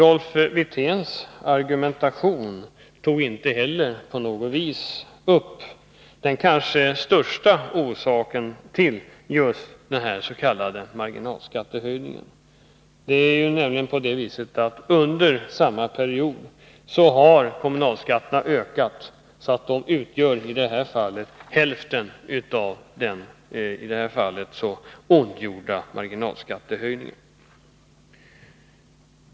I sin argumentation tog Rolf Wirtén inte på något vis upp den kanske största orsaken till den s.k. marginalskattehöjningen. Under samma period har nämligen kommunalskatterna ökat, så att de i det här fallet utgör hälften av den marginalskattehöjning som man ondgör sig så över.